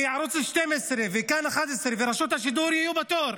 וערוץ 12 וכאן 11 ורשות השידור יהיו בתור.